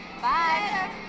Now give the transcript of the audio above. Bye